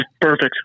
Perfect